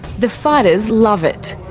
the fighters love it.